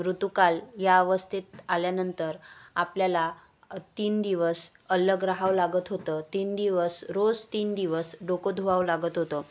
ऋतुकाल या अवस्थेत आल्यानंतर आपल्याला तीन दिवस अलग रहावं लागत होतं तीन दिवस रोज तीन दिवस डोकं धुवावं लागत होतं